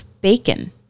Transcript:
bacon